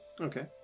okay